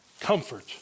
Comfort